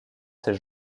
ses